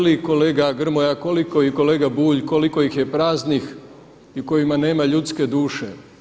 Znate li kolega Grmoja koliko i kolega Bulj koliko ih je praznih u kojima nema ljudske duše?